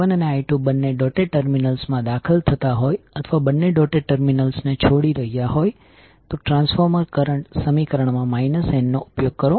જો I1 અને I2 બંને ડોટેડ ટર્મિનલ્સ મા દાખલ થતા હોય અથવા બંને ડોટેડ ટર્મિનલ્સ ને છોડી રહ્યા હોય તો ટ્રાન્સફોર્મર કરંટ સમીકરણમાં n નો ઉપયોગ કરો